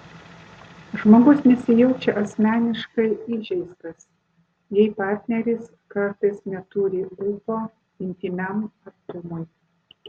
žmogus nesijaučia asmeniškai įžeistas jei partneris kartais neturi ūpo intymiam artumui